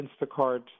Instacart